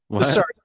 Sorry